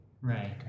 Right